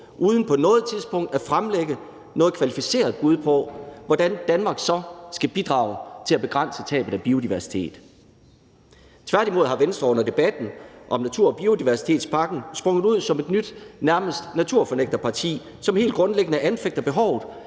uden på noget tidspunkt at fremlægge noget kvalificeret bud på, hvordan Danmark så skal bidrage til at begrænse tabet af biodiversitet. Tværtimod er Venstre under debatten om natur- og biodiversitetspakken sprunget ud som et nyt nærmest naturfornægterparti, som helt grundlæggende anfægter behovet